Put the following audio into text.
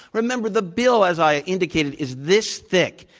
remember, the bill, as i indicated, is this thick.